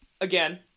Again